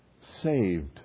saved